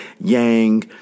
yang